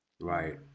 Right